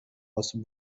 osób